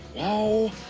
oh,